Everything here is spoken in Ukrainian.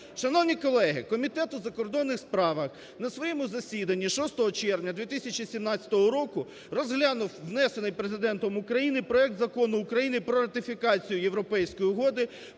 Шановні колеги, Комітет у закордонних справах на своєму засіданні 6 червня 2017 року розглянув, внесений Президентом України, проект Закону України про ратифікацію Європейської угоди